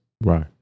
Right